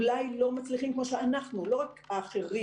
אולי לא מצליחים כמו שאנחנו לא רק האחרים